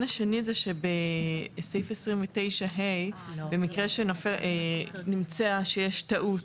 בסעיף 29(ה), במקרה שנמצא שיש טעות